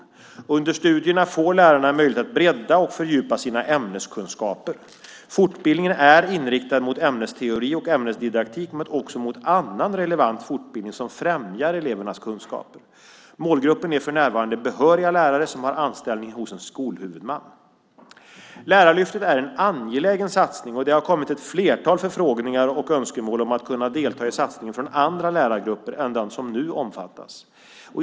Under studierna får lärarna möjlighet att bredda och fördjupa sina ämneskunskaper. Fortbildningen är inriktad mot ämnesteori och ämnesdidaktik, men också mot annan relevant fortbildning som främjar elevernas kunskaper. Målgruppen är för närvarande behöriga lärare som har anställning hos en skolhuvudman. Lärarlyftet är en angelägen satsning, och det har kommit ett flertal förfrågningar och önskemål om att kunna delta i satsningen från andra lärargrupper än de som nu omfattas.